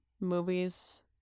movies